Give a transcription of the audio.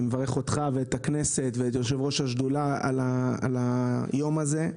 אני מברך אותך ואת הכנסת ואת יו"ר השדולה על היום הזה.